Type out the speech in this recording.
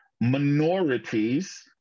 minorities